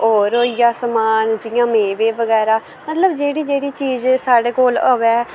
होर होईया समान जियां मेवे बगैरा मतलव जेह्ड़ी जेह्ड़ी चीज़ साढ़े कोल होऐ